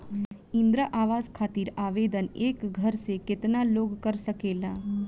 इंद्रा आवास खातिर आवेदन एक घर से केतना लोग कर सकेला?